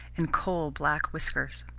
and coal-black whiskers.